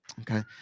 okay